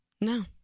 No